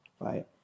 Bye